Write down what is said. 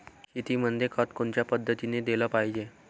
शेतीमंदी खत कोनच्या पद्धतीने देलं पाहिजे?